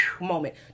moment